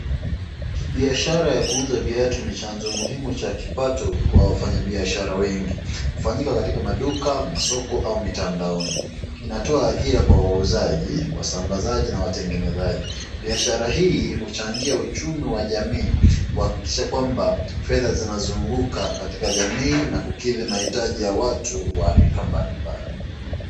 Biashara ya kuuza viatu ni chanzo muhimu cha kipato kwa wafanya biashara wengi. Hufanyika katika maduka masoko au mitandaoni. Inatoa ajira kwa wauzaji, wasambazi na watengenezaji. Biashara hii huchangia uchumi wa jamii, huakikisha kwamba fedha zinazunguka katika jamii na kukiri mahitaji ya watu wa rika mbali mbali.